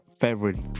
favorite